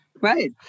Right